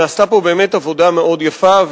נעשתה פה באמת עבודה מאוד יפה,